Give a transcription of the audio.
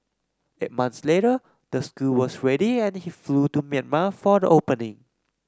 eight months later the school was ready and he flew to Myanmar for the opening